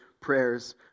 prayers